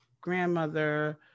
grandmother